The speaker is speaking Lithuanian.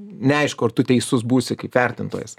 neaišku ar tu teisus būsi kaip vertintojas